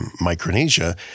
Micronesia